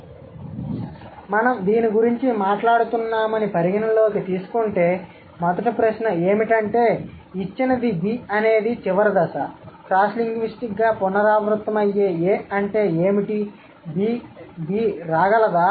కాబట్టి మనం దీని గురించి మాట్లాడుతున్నామని పరిగణనలోకి తీసుకుంటే మొదటి ప్రశ్న ఏమిటంటే ఇచ్చినది B అనేది చివరి దశ క్రాస్ లింగ్విస్టిక్గా పునరావృతమయ్యే A అంటే ఏమిటి B రాగలదా